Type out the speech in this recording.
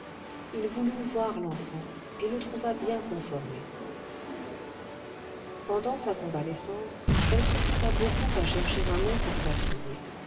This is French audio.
il voulut voir l'enfant et le trouva bien conformé pendant sa convalescence elle s'occupa beaucoup à chercher un nom pour sa fille